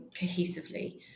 cohesively